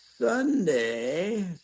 Sunday